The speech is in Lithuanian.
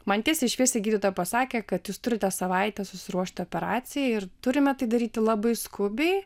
man tiesiai šviesiai gydyta pasakė kad jūs turite savaitę susiruošti operacijai ir turime tai daryti labai skubiai